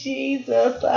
Jesus